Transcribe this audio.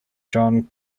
john